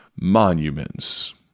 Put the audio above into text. monuments